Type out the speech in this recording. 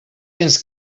tens